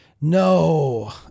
no